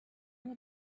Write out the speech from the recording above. will